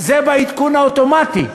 זה בעדכון האוטומטי,